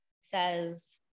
says